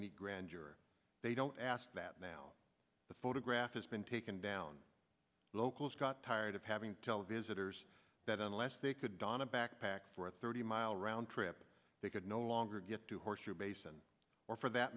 a grand jury they don't ask that now the photograph has been taken down the locals got tired of having tell visitors that unless they could don a backpack for a thirty mile round trip they could no longer get to horseshoe basin or for that